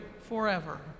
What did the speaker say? forever